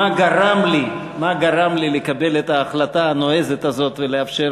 מה גרם לי לקבל את ההחלטה הנועזת הזאת ולאפשר